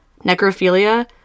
necrophilia